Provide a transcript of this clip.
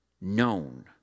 known